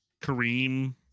Kareem